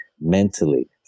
mentally